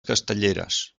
castelleres